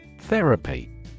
Therapy